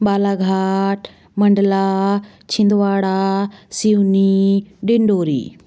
Balaghat Mandla Chhindwara Seoni Dindori